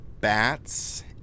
bats